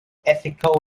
ethical